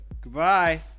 Goodbye